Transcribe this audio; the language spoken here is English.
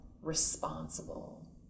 responsible